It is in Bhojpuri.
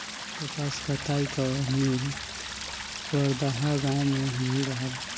कपास कताई कअ मिल परदहा गाँव में भी रहल